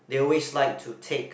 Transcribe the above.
they always like to take